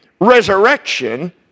resurrection